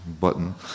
button